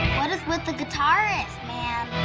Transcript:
what is with the guitarist, man?